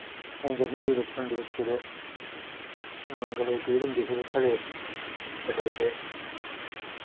असेंई जदूं बचपन दे बिच्च कुतै गलेई पीड़ होंदी ही ते साढ़े बड्डे बड्डे